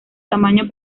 tamaño